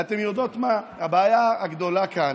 ואתן יודעת מה הבעיה הגדולה כאן?